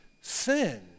sin